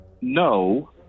no